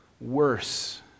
worse